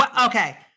Okay